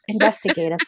investigative